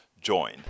join